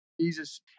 Jesus